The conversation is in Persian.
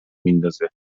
میندازه